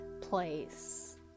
place